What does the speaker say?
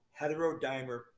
heterodimer